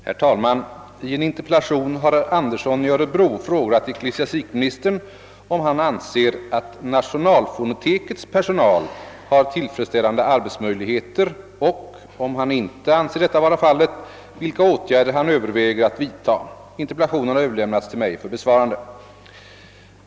Herr talman! I en interpellation har herr Andersson i Örebro frågat mig om jag anser att nationalfonotekets personal har tillfredsställande arbetsmöjligheter och, om jag inte anser detta vara fallet, vilka åtgärder jag överväger att vidta.